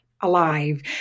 alive